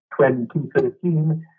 2013